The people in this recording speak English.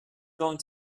going